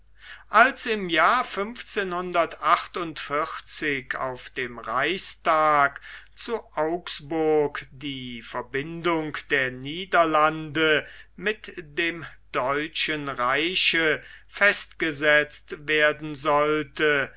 als im jahr auf dem reichstag zu augsburg die verbindung der niederlande mit dem deutschen reiche festgesetzt werden sollte